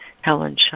Helen